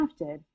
crafted